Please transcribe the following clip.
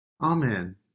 Amen